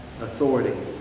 authority